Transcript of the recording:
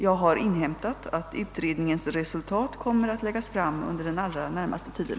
Jag har inhämtat att utredningens resultat kommer att läggas fram under den allra närmaste tiden.